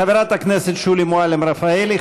חברת הכנסת שולי מועלם-רפאלי,